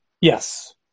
Yes